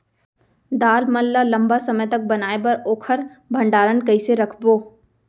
दाल मन ल लम्बा समय तक बनाये बर ओखर भण्डारण कइसे रखबो?